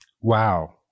Wow